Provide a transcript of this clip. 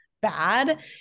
bad